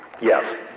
Yes